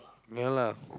ya lah